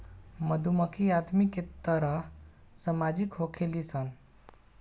मधुमक्खी आदमी के तरह सामाजिक होखेली सन